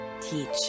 Teach